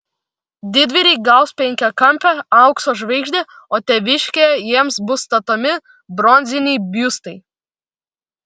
didvyriai gaus penkiakampę aukso žvaigždę o tėviškėje jiems bus statomi bronziniai biustai